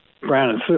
Brandon